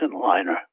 liner